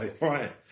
right